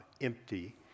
empty